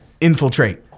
infiltrate